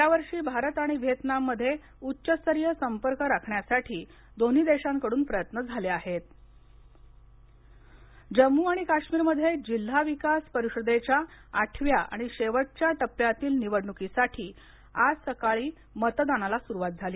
या वर्षी भारत आणि व्हीएतनाम मध्ये उच्चस्तरीय संपर्क राखण्यासाठी दोन्ही देशांकडून प्रयत्न झाले आहेत जम्म काश्मीर जम्मू आणि काश्मीरमध्ये जिल्हा विकास परिषदेच्या आठव्या आणि शेवटच्या टप्प्यातील निवडणुकीसाठी आज सकाळी मतदानाला सुरुवात झाली